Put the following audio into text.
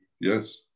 Yes